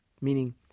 meaning